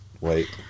Wait